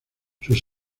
sus